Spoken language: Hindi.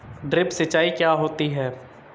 ड्रिप सिंचाई क्या होती हैं?